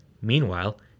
Meanwhile